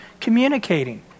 communicating